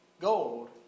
gold